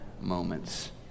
moments